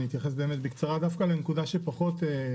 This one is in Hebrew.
אתייחס בקצרה דווקא לנקודה שפחות דוברה.